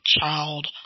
child